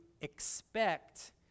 expect